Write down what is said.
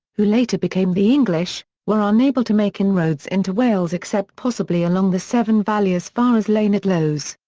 who later became the english, were unable to make inroads into wales except possibly along the severn valley as far as llanidloes.